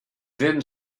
then